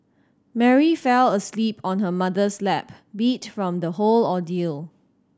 Mary fell asleep on her mother's lap beat from the whole ordeal